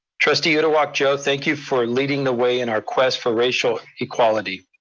trustee uduak-joe, thank you for leading the way in our quest for racial equality.